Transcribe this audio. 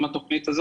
מי הכתובת?